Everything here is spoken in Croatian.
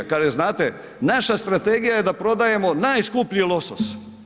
Kaže znate, naša strategija je da prodajemo najskuplji losos.